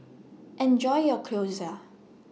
Enjoy your Gyoza